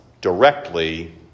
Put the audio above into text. directly